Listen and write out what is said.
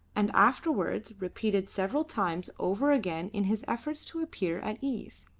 and afterwards repeated several times over again in his efforts to appear at ease.